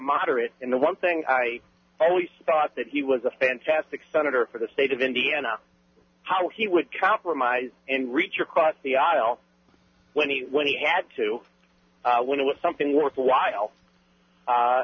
moderate in the one thing i always thought that he was a fantastic senator for the state of indiana how he would compromise and reach across the aisle when he when he had to when it was something worthwhile